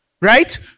right